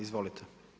Izvolite.